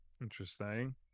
Interesting